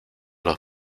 los